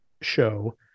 show